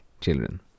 children